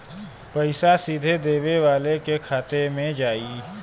पइसा सीधे देवे वाले के खाते में जाई